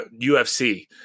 UFC